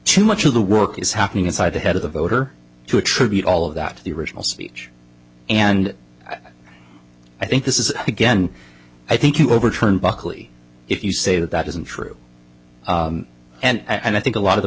too much of the work is happening inside the head of the voter to attribute all of that to the original speech and i think this is again i think you overturn buckley if you say that that isn't true and i think a lot of the